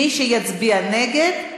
מי שיצביע נגד,